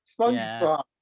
SpongeBob